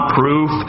proof